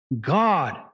God